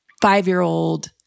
five-year-old